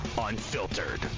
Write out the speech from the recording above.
Unfiltered